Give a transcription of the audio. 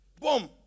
Boom